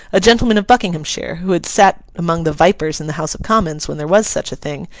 a gentleman of buckinghamshire, who had sat among the vipers in the house of commons when there was such a thing,